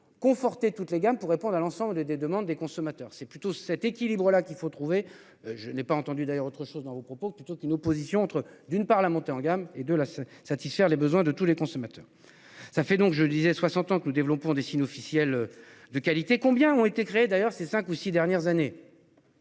de conforter toutes les gammes pour répondre à l'ensemble des des demandes des consommateurs. C'est plutôt cet équilibre-là qu'il faut trouver, je n'ai pas entendu d'ailleurs autre chose dans vos propos plutôt qui nous position entre d'une part la montée en gamme et de la satisfaire les besoins de tous les consommateurs. Ça fait donc je disais 60 ans que nous développons des signes officiels. De qualité, combien ont été créés. D'ailleurs ces 5 ou 6 dernières années.